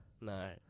No